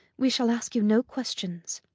we shall ask you no questions.